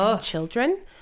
children